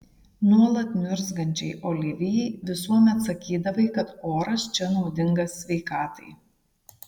nuolat niurzgančiai olivijai visuomet sakydavai kad oras čia naudingas sveikatai